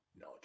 no